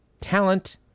talent